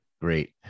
Great